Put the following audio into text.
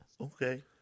Okay